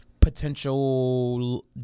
potential